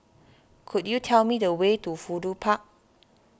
could you tell me the way to Fudu Park